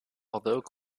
although